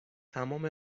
تمام